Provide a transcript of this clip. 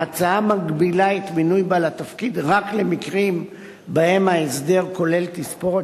ההצעה מגבילה את מינוי בעל התפקיד רק למקרים שבהם ההסדר כולל תספורת